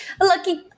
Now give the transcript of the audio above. Lucky